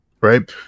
right